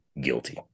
guilty